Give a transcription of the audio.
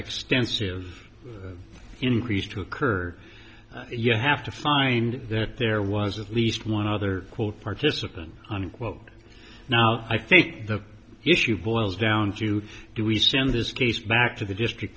extensive increase to occur you have to find that there was at least one other quote participant unquote now i think the issue boils down to do we send this case back to the district